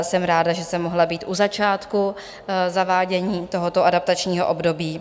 Jsem ráda, že jsem mohla být u začátku zavádění tohoto adaptačního období.